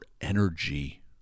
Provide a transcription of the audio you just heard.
energy